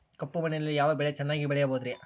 ಕಪ್ಪು ಮಣ್ಣಿನಲ್ಲಿ ಯಾವ ಬೆಳೆ ಚೆನ್ನಾಗಿ ಬೆಳೆಯಬಹುದ್ರಿ?